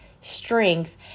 strength